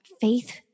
faith